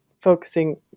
focusing